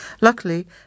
Luckily